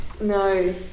No